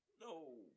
No